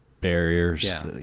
barriers